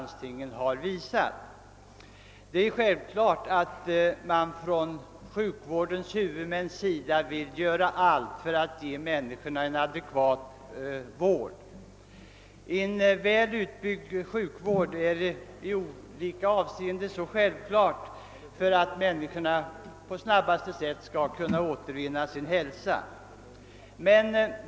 Det är självfallet att sjukvårdens huvudmän vill göra allt för att ge människorna en adekvat vård. En väl utbyggd sjukvård är en given förutsättning för att sjuka människor på snabbaste sätt skall kunna återvinna sin hälsa.